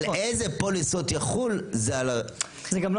על איזה פוליסות יחול זה על הפוליסות 2016. זה גם לא,